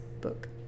book